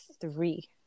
three